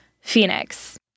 Phoenix